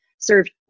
served